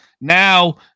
now